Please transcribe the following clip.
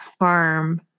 harm